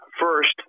first